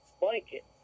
blanket